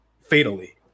fatally